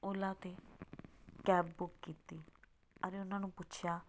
ਓਲਾਂ 'ਤੇ cab book ਕੀਤੀ ਔਰ ਉਹਨਾਂ ਨੂੰ ਪੁੱਛਿਆ